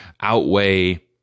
outweigh